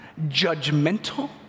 judgmental